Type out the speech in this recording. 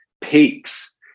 peaks